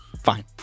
Fine